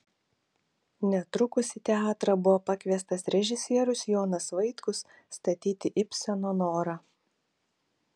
netrukus į teatrą buvo pakviestas režisierius jonas vaitkus statyti ibseno norą